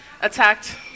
attacked